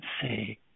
say